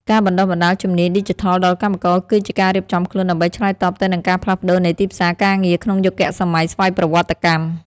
ការបណ្ដុះបណ្ដាលជំនាញឌីជីថលដល់កម្មករ គឺជាការរៀបចំខ្លួនដើម្បីឆ្លើយតបទៅនឹងការផ្លាស់ប្តូរនៃទីផ្សារការងារក្នុងយុគសម័យស្វ័យប្រវត្តិកម្ម។